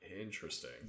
interesting